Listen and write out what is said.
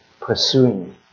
pursuing